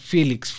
Felix